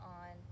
on